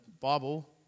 Bible